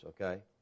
okay